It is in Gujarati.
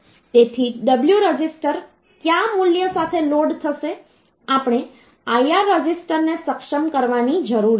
તેથી w રજિસ્ટર કયા મૂલ્ય સાથે લોડ થશે આપણે IR રજિસ્ટરને સક્ષમ કરવાની જરૂર છે